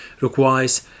requires